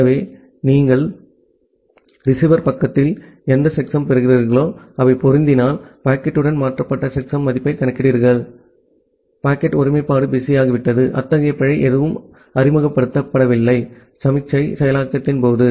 எனவே இதன் காரணமாக நீங்கள் ரிசீவர் பக்கத்தில் எந்த செக்ஸம் பெறுகிறீர்களோ அவை பொருந்தினால் பாக்கெட்டுடன் மாற்றப்பட்ட செக்சம் மதிப்பைக் கணக்கிடுகிறீர்கள் அதாவது பாக்கெட் ஒருமைப்பாடு பிஸியாகிவிட்டது அத்தகைய பிழை எதுவும் அறிமுகப்படுத்தப்படவில்லை சமிக்ஞை செயலாக்கத்தின் போது